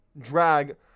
drag